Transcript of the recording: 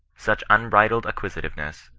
such un bridled acquisitiveness,